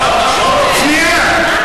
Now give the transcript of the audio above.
זה לא קשור, שנייה.